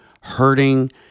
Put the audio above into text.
hurting